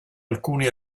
alcuni